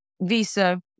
visa